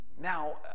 Now